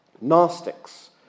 Gnostics